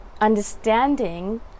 understanding